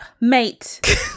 mate